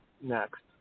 next